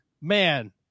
man